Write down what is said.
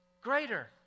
Greater